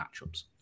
matchups